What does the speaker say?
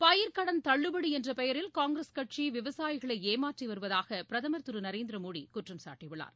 பயிர் கடன் தள்ளுபடி என்ற பெயரில் காங்கிரஸ் கட்சி விவசாயிகளை ஏமாற்றி வருவதாக பிரதமர் திரு நரேந்திர மோடி குற்றம் சாட்டியுள்ளார்